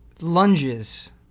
lunges